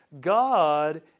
God